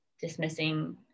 dismissing